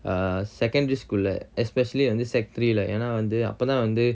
err secondary school lah especially வந்து:vanthu sec three lah ஏன்னா வந்து அப்ப தான் வந்து:eanna vanthu appa than vanthu